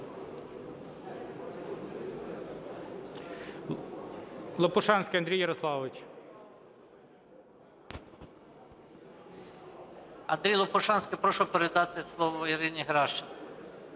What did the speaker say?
Андрій Лопушанський. Прошу передати слово Ірині Геращенко.